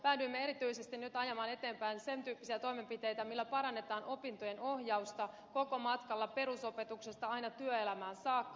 päädyimme erityisesti nyt ajamaan eteenpäin sen tyyppisiä toimenpiteitä joilla parannetaan opintojen ohjausta koko matkalla perusopetuksesta aina työelämään saakka